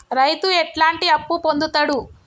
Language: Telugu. రైతు ఎట్లాంటి అప్పు పొందుతడు?